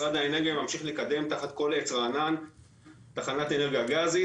משרד האנרגיה ממשיך לקדם תחת כל עץ רענן תחנת אנרגיה גזית.